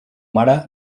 mare